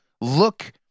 look